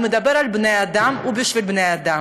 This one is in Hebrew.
הוא מדבר על בני-אדם ובשביל בני-אדם.